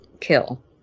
kill